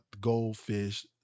goldfish